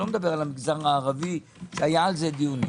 מדבר על המגזר הערבי שהיה על זה דיונים